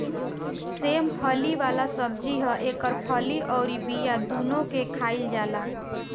सेम फली वाला सब्जी ह एकर फली अउरी बिया दूनो के खाईल जाला